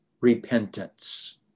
repentance